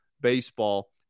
baseball